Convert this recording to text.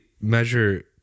measure